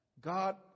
God